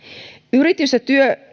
yritys ja